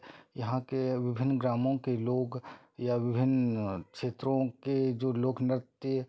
यहाँ के विभिन्न ग्रामों के लोग या विभिन्न क्षेत्रों के जो लोक नृत्य